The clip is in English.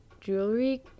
jewelry